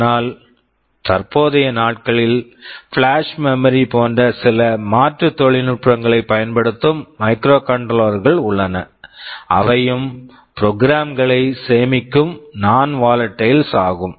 ஆனால் தற்போதைய நாட்களில் ஃபிளாஷ் மெமரி flash memory போன்ற சில மாற்று தொழில்நுட்பங்களைப் பயன்படுத்தும் மைக்ரோகண்ட்ரோலர் microcontrollers கள் உள்ளன அவையும் ப்ரோக்ராம் program களை சேமிக்கும் நான் வாலட்டைல் non volatile ஆகும்